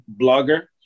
blogger